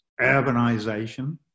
urbanization